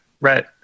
right